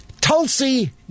Tulsi